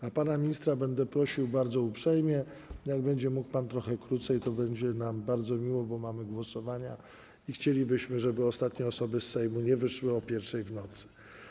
A pana ministra będę prosił bardzo uprzejmie: jak będzie pan mógł trochę krócej, to będzie nam bardzo miło, bo mamy głosowania i chcielibyśmy, żeby ostatnie osoby z Sejmu nie wyszły o 1 w nocy.